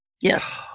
Yes